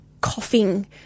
coughing